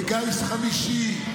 לגיס חמישי,